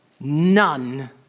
none